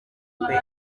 kwe